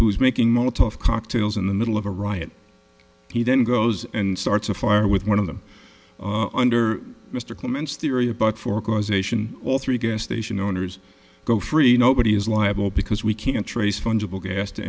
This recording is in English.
is making molotov cocktails in the middle of a riot he then goes and starts a fire with one of them under mr clements theory about four causation all three gas station owners go free nobody is liable because we can trace fungible gas to